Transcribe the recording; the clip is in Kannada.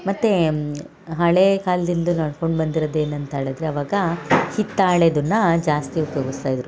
ಮತ್ತು ಹಳೇ ಕಾಲ್ದಿಂದ ನಡ್ಕೊಂಡು ಬಂದಿರದು ಏನಂತ್ಹೇಳಿದರೆ ಆವಾಗ ಹಿತ್ತಾಳೆದನ್ನು ಜಾಸ್ತಿ ಉಪ್ಯೋಗಿಸ್ತಾ ಇದ್ದರು